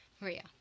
Maria